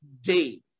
day